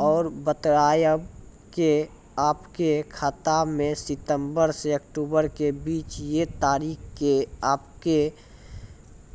और बतायब के आपके खाते मे सितंबर से अक्टूबर के बीज ये तारीख के आपके